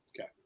Okay